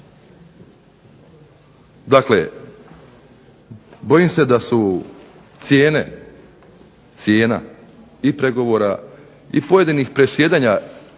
Dakle, bojim se da su cijena pregovora i pojedinih predsjedanja